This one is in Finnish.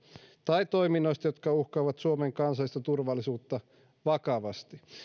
tai toiminnoista jotka uhkaavat suomen kansallista turvallisuutta vakavasti